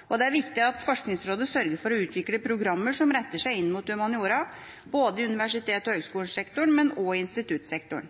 forskningsprogrammene er et viktig signal. Det er viktig at Forskningsrådet sørger for å utvikle programmer som retter seg inn mot humaniora, både i universitets- og høyskolesektoren og i instituttsektoren.